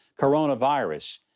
coronavirus